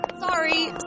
sorry